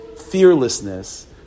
fearlessness